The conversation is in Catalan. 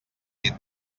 dit